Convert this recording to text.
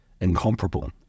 incomparable